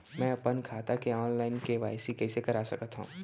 मैं अपन खाता के ऑनलाइन के.वाई.सी कइसे करा सकत हव?